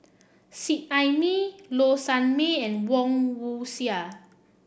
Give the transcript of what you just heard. Seet Ai Mee Low Sanmay and Woon Wah Siang